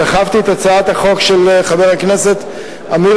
דחפתי את הצעת החוק של חבר הכנסת עמיר